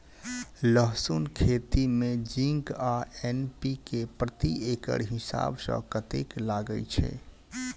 लहसून खेती मे जिंक आ एन.पी.के प्रति एकड़ हिसाब सँ कतेक लागै छै?